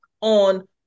on